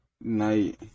night